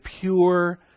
pure